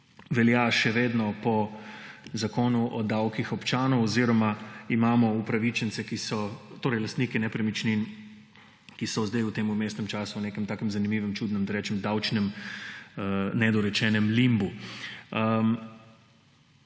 velja še vedno po Zakonu o davkih občanov oziroma imamo upravičence, ki so lastniki nepremičnin, ki so zdaj v tem vmesnem času, v nekem takem zanimivem, čudnem, da rečem davčnem nedorečenem limbu.